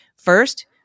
First